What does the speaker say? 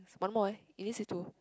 it's one more eh I didn't see two